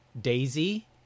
Daisy